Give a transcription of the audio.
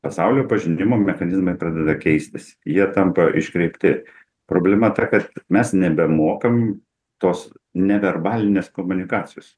pasaulio pažinimo mechanizmai pradeda keistis jie tampa iškreipti problema ta kad mes nebemokam tos neverbalinės komunikacijos